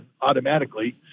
automatically